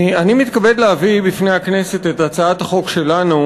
אני מתכבד להביא בפני הכנסת את הצעת החוק שלנו,